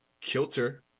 Kilter